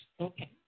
Okay